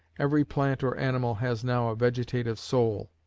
every plant or animal has now a vegetative soul,